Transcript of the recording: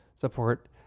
support